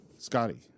Scotty